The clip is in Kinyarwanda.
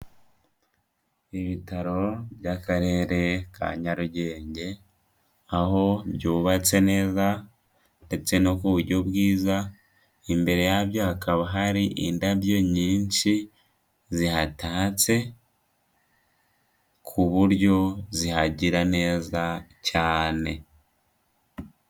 Ibitaro by'Akarere ka Nyarugenge aho byubatse neza ndetse no ku buryo bwizaza, imbere yabyo hakaba hari indabyo nyinshi zihatatse ku buryo zihagira neza cyane.